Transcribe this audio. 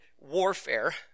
warfare